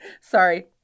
Sorry